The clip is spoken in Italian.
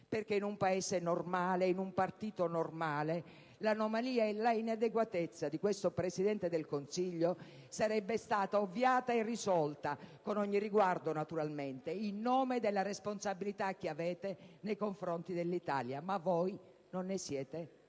In un Paese normale, in un partito normale, l'anomalia e l'inadeguatezza di questo Presidente del Consiglio sarebbe stata ovviata e risolta, con ogni riguardo naturalmente, in nome della responsabilità che avete nei confronti dell'Italia, ma voi non ne siete